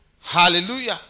Hallelujah